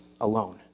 alone